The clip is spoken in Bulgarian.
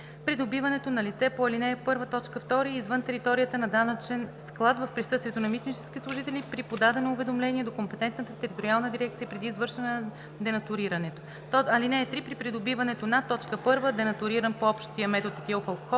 придобиването на лице по ал. 1, т. 2 и извън територията на данъчен склад, в присъствието на митнически служители, при подадено уведомление до компетентна териториална дирекция преди извършване на денатурирането. (3) При придобиването на: 1. денатуриран по общ метод етилов алкохол